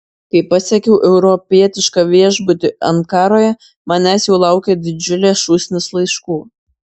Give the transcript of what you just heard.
kai pasiekiau europietišką viešbutį ankaroje manęs jau laukė didžiulė šūsnis laiškų